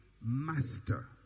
master